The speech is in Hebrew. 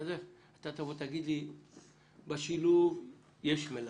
אתה תאמר לי שבשילוב יש מלווה,